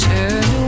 Turn